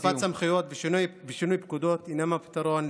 הוספת סמכויות ושינוי פקודות אינם הפתרון.